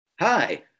Hi